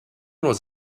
was